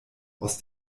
aus